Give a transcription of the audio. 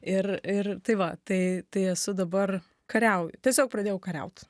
ir ir tai va tai tai esu dabar kariauju tiesiog pradėjau kariaut